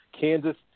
Kansas